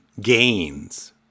gains